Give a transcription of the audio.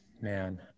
Man